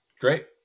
Great